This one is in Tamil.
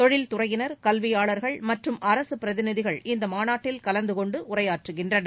தொழில்துறையினர் கல்வியாளர்கள் மற்றும் அரசு பிரதிநிதிகள் இம்மாநாட்டில் கலந்தகொண்டு உரையாற்றுகின்றனர்